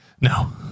No